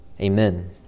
Amen